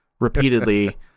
repeatedly